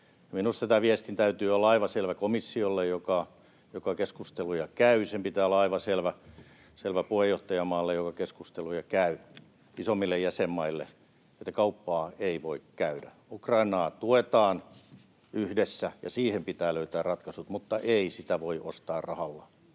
Minusta tämän viestin täytyy olla aivan selvä komissiolle, joka keskusteluja käy. Sen pitää olla aivan selvä puheenjohtajamaalle, joka keskusteluja käy, isoimmille jäsenmaille, että kauppaa ei voi käydä. Ukrainaa tuetaan yhdessä, ja siihen pitää löytää ratkaisut, mutta ei sitä voi ostaa rahalla.